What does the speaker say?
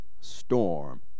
storm